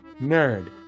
Nerd